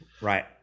Right